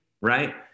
right